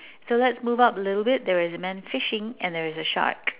so let's move up a little bit there is a man fishing and there is a shark